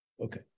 Okay